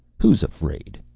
who's afraid?